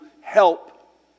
help